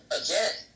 again